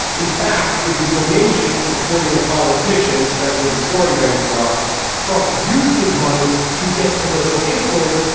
in fact, with his donations and courting of politicians, especially before he ran for office, trump used his money to get political influence.